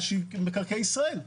קרקע שהיא מקרקעי ישראל.